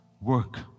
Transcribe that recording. Work